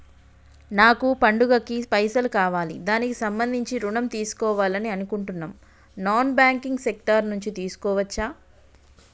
నాకు పండగ కి పైసలు కావాలి దానికి సంబంధించి ఋణం తీసుకోవాలని అనుకుంటున్నం నాన్ బ్యాంకింగ్ సెక్టార్ నుంచి తీసుకోవచ్చా?